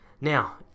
Now